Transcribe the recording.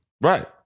Right